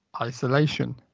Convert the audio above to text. isolation